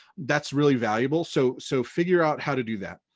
that's really valuable, so so figure out how to do that.